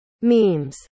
memes